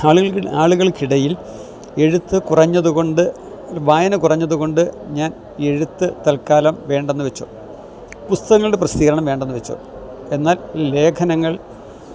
ആളുകൾക്കിടയിൽ എഴുത്ത് കുറഞ്ഞതുകൊണ്ട് വായന കുറഞ്ഞതുകൊണ്ട് ഞാൻ എഴുത്ത് തൽക്കാലം വേണ്ടെന്നുവെച്ചു പുസ്തകങ്ങളുടെ പ്രസിദ്ധീകരണം വേണ്ടെന്നുവെച്ചു എന്നാൽ ലേഖനങ്ങൾ